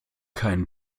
keinen